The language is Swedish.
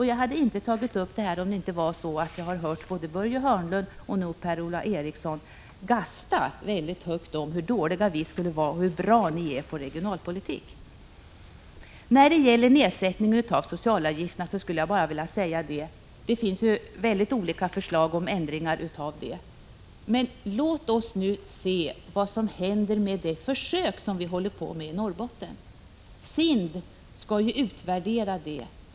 Jag hade inte tagit upp det här om det inte hade varit så att jag hört Börje Hörnlund och nu Per-Ola Eriksson gasta väldigt högt om hur dåliga vi skulle vara och hur bra centern är på regionalpolitik. Mig förefaller det som om centern vore bättre på regionalpolitik i oppositionsställning än i regeringsställning. När det gäller nedsättningen av socialavgifterna — det finns ju några mycket olika förslag om det — skulle jag bara vilja säga: Låt oss nu se vad som händer med det försök som vi håller på med i Norrbotten! SIND skall ju utvärdera det.